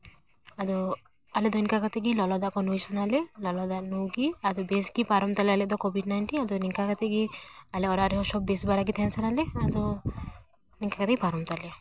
ᱟᱫᱚ ᱟᱞᱮ ᱫᱚ ᱤᱱᱠᱟ ᱠᱟᱛᱮ ᱜᱮ ᱞᱚᱞᱚ ᱫᱟᱜ ᱠᱚ ᱱᱩᱭ ᱥᱟᱱᱟ ᱞᱮᱭᱟ ᱞᱚᱞᱚ ᱫᱟᱜ ᱧᱩ ᱜᱮ ᱟᱫᱚ ᱵᱮᱥ ᱜᱮ ᱯᱟᱨᱚᱢ ᱠᱮᱫᱟ ᱟᱞᱮ ᱫᱚ ᱠᱳᱵᱷᱤᱰ ᱱᱟᱭᱤᱱᱴᱤ ᱟᱫᱚ ᱱᱤᱝᱠᱟ ᱠᱟᱛᱮ ᱜᱮ ᱟᱞᱮ ᱚᱲᱟᱜ ᱨᱮᱦᱚᱸ ᱥᱚᱵ ᱵᱮᱥ ᱵᱟᱲᱟ ᱜᱮ ᱛᱟᱦᱮᱱ ᱥᱟᱱᱟᱞᱮᱭᱟ ᱟᱫᱚ ᱱᱤᱝᱠᱟ ᱠᱟᱛᱮ ᱯᱟᱨᱚᱢ